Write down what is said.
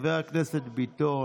חבר הכנסת ביטון.